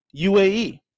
UAE